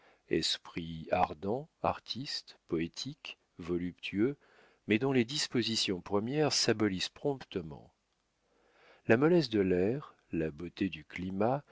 esprit ardent artiste poétique voluptueux mais dont les dispositions premières s'abolissent promptement la mollesse de l'air la beauté du climat